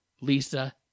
Lisa